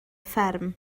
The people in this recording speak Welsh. fferm